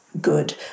good